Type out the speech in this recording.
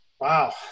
Wow